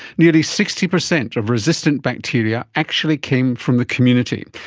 nearly sixty percent of resistant bacteria actually came from the community.